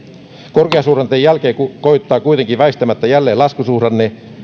korkeasuhdanteen jälkeen koittaa kuitenkin väistämättä jälleen laskusuhdanne